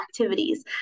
activities